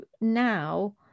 now